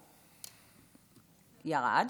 ירד.